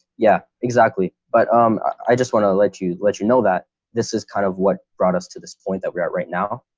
yeah, exactly. but um i just want to let you let you know that this is kind of what brought us to this point that we're at right now.